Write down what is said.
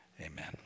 Amen